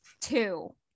two